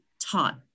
taught